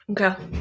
okay